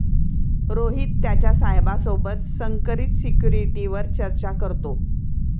रोहित त्याच्या साहेबा सोबत संकरित सिक्युरिटीवर चर्चा करतो